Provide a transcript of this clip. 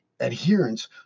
adherence